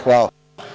Hvala.